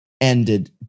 ended